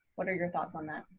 what are your thoughts on that?